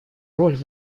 роль